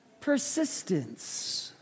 Persistence